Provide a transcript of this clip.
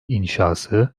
inşası